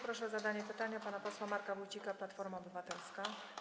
Proszę o zadanie pytania pana posła Marka Wójcika, Platforma Obywatelska.